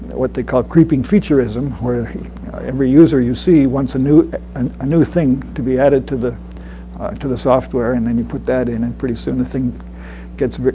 what they call creeping featurism, where every user you see wants a new and ah new thing to be added to the to the software. and then you put that in and pretty soon the thing gets,